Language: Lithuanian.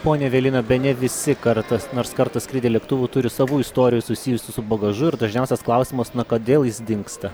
ponia evelina bene visi kartas nors kartą skridę lėktuvu turi savų istorijų susijusių su bagažu ir dažniausias klausimas na kodėl jis dingsta